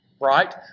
right